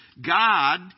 God